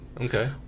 Okay